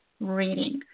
reading